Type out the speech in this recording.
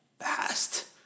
Fast